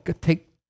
take